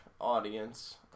audience